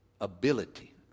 ability